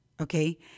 Okay